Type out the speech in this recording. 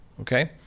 okay